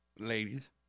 Ladies